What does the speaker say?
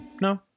No